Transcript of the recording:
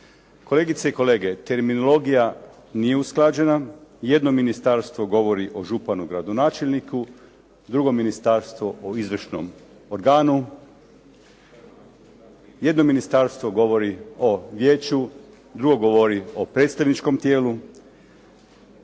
Kolegice i kolege, terminologija nije usklađena. Jedno ministarstvo govori o županu gradonačelniku, drugo ministarstvo o izvršnom organu, jedno ministarstvo govori o vijeću, drugo govori o predstavničkom tijelu.